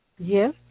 Yes